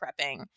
prepping